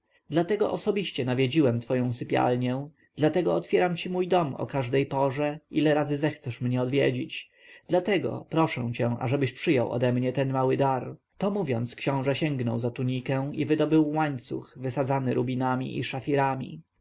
dlatego osobiście nawiedziłem twoją sypialnię dlatego otwieram ci mój dom o każdej porze ile razy zechcesz mnie odwiedzić dlatego proszę cię abyś przyjął ode mnie ten mały dar to mówiąc książę sięgnął za tunikę i wydobył łańcuch wysadzony rubinami i szafirami